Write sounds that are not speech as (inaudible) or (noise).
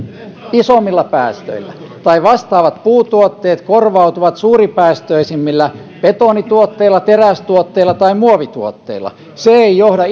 isommilla päästöillä tai vastaavat puutuotteet korvautuvat suurempipäästöisillä betonituotteilla terästuotteilla tai muovituotteilla se ei johda (unintelligible)